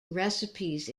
recipes